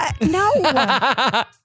No